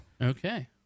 Okay